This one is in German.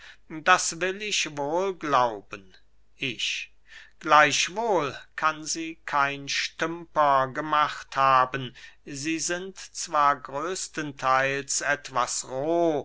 das will ich wohl glauben ich gleichwohl kann sie kein stümper gemacht haben sie sind zwar größtentheils etwas roh